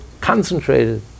concentrated